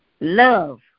Love